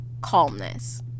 calmness